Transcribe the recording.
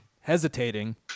hesitating